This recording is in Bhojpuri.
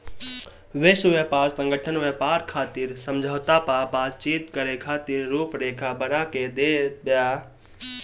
विश्व व्यापार संगठन व्यापार खातिर समझौता पअ बातचीत करे खातिर रुपरेखा बना के देत बिया